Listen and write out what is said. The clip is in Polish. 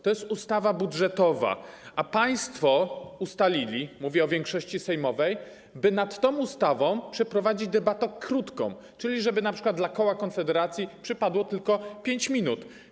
To jest ustawa budżetowa, a państwo - mówię o większości sejmowej - ustalili, by nad tą ustawą przeprowadzić debatę krótką, czyli żeby np. kołu Konfederacji przypadło tylko 5 minut.